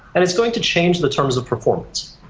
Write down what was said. and it's going to change the terms of performance.